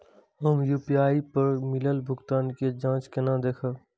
हम यू.पी.आई पर मिलल भुगतान के जाँच केना देखब?